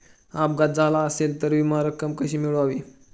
अपघात झाला असेल तर विमा रक्कम कशी मिळवावी?